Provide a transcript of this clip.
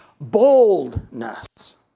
boldness